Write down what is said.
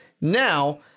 Now